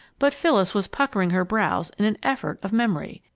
but phyllis was puckering her brows in an effort of memory.